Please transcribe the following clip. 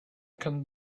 come